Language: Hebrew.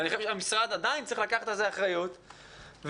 אני חושב שהמשרד צריך לקחת על זה אחריות ולחשוף